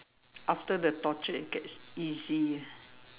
after the torture it gets easy ah